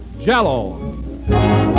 Jell-O